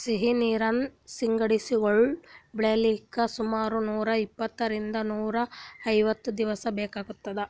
ಸಿಹಿ ನೀರಿನ್ ಸಿಗಡಿಗೊಳ್ ಬೆಳಿಲಿಕ್ಕ್ ಸುಮಾರ್ ನೂರ್ ಇಪ್ಪಂತ್ತರಿಂದ್ ನೂರ್ ಐವತ್ತ್ ದಿವಸ್ ಬೇಕಾತದ್